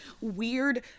weird